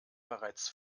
bereits